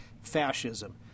fascism